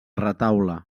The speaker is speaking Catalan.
retaule